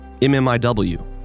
MMIW